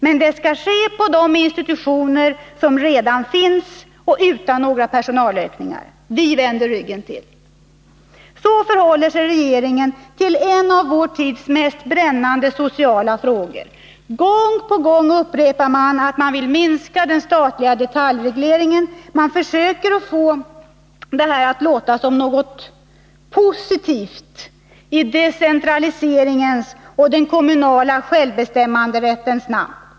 Men det skall ske på de institutioner som redan finns och utan några personalökningar. Vi vänder ryggen till! Så förhåller sig regeringen till en av vår tids mest brännande sociala frågor. Gång på gång upprepar man att man vill minska den statliga detaljregleringen. Man försöker få detta att låta som något positivt i decentraliseringens och den kommunala självbestämmanderättens namn.